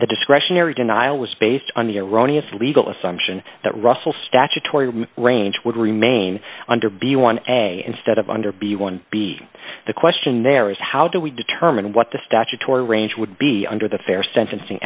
discretionary denial was based on the erroneous legal assumption that russell statutory range would remain under b one a instead of under b one b the question there is how do we determine what the statutory range would be under the fair sentencing